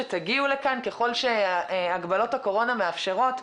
שתגיעו לכאן ככל שהגבלות הקורונה מאפשרות.